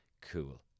cool